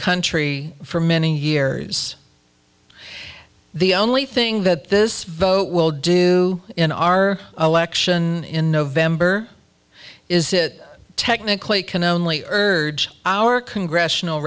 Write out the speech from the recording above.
country for many years the only thing that this vote will do in our election in november is it technically can only urge our congressional